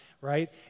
right